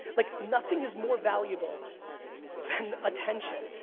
like nothing is more valuable than attention.